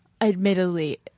admittedly